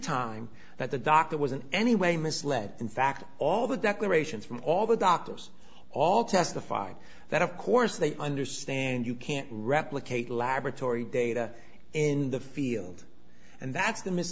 time that the doctor was an any way misled in fact all the declarations from all the doctors all testified that of course they understand you can't replicate laboratory data in the field and that's the